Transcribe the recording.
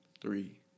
Three